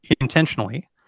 intentionally